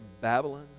babylon